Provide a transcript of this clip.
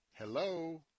Hello